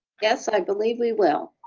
yes i believe we will.